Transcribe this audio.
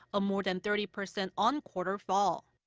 a more than thirty percent on-quarter fall.